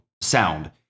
sound